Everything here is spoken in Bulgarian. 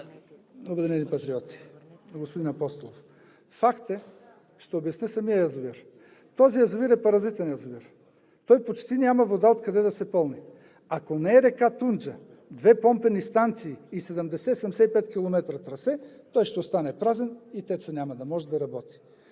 „Обединени патриоти“ – на господин Апостолов. Ще обясня за самия язовир. Този язовир е паразитен язовир. Той почти няма откъде да се пълни с вода. Ако не е река Тунджа, две помпени станции и 70 – 75 км трасе, той ще остане празен и тецът няма да може да работи.